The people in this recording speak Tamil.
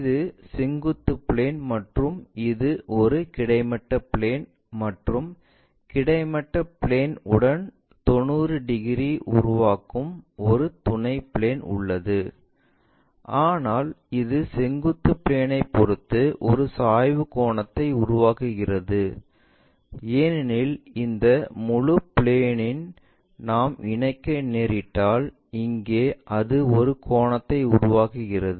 இது செங்குத்து பிளேன் மற்றும் இது ஒரு கிடைமட்ட பிளேன் மற்றும் கிடைமட்ட பிளேன் உடன் 90 டிகிரி உருவாக்கும் ஒரு துணை பிளேன் உள்ளது ஆனால் இது செங்குத்து பிளேன் ஐ பொறுத்து ஒரு சாய்வு கோணத்தை உருவாக்குகிறது ஏனெனில் இந்த முழு பிளேன்இம் நாம் இணைக்க நேரிட்டால் அங்கே அது ஒரு கோணத்தை உருவாக்குகிறது